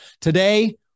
Today